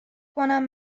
کنم